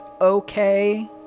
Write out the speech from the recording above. okay